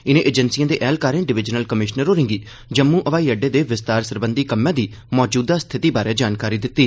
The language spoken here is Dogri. इनें एजेंसिएं दे ऐह्लकारें डिवीजनल कमिशनर होरें'गी जम्मू ब्हाई अड्डे दे विस्तार सरबंधी कम्मै दी मौजूदा स्थिति बारै जानकारी दित्ती